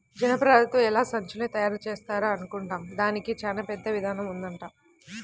జనపనారతో ఎలా సంచుల్ని తయారుజేత్తారా అనుకుంటాం, దానికి చానా పెద్ద ఇదానం ఉంటదంట